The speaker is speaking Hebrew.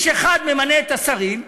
איש אחד ממנה את השרים,